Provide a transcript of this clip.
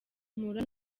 mpura